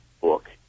book